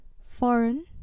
foreign